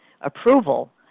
approval